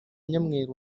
nyamweru